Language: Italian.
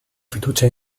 fiducia